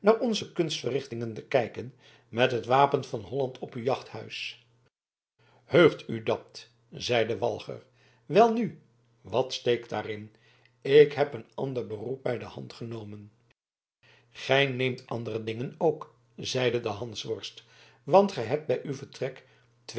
onze kunstverrichtingen te kijken met het wapen van holland op uw jachthuis heugt u dat zeide walger welnu wat steekt daarin ik heb een ander beroep bij de hand genomen gij neemt andere dingen ook zeide de hansworst want gij hebt bij uw vertrek